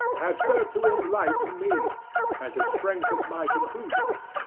have served to enlighten me and to strengthen my conclusions.